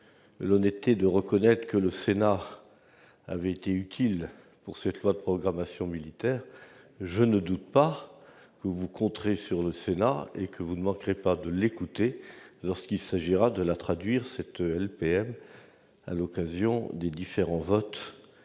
l'honnêteté de reconnaître que le Sénat avait été utile pour cette loi de programmation militaire, je ne doute pas que vous compterez sur la Haute Assemblée et que vous ne manquerez pas de l'écouter lorsqu'il s'agira de traduire cette loi, à l'occasion des différents votes